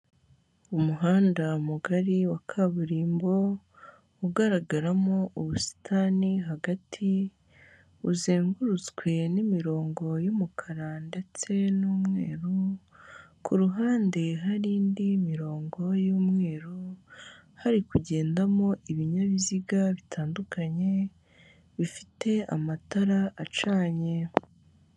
Umuntu uhagaze imbere y'imbaga y'abantu benshi, wambaye imyenda y'umukara. ufite indangururamajwi y'umukara, inyuma ye hakaba hari ikigega cy'umukara kijyamo amazi aturutse k'umureko w'inzu. N'inzu yubatse n'amatafari ahiye.